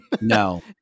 No